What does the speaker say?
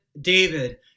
David